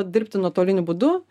dirbti nuotoliniu būdu